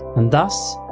and thus,